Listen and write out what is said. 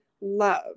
love